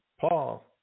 Paul